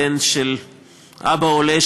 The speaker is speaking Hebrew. בן של אבא עולה,